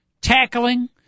tackling